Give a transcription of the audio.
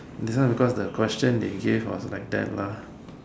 this one because the question they give was like that lah